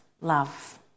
love